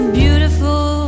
beautiful